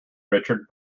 richard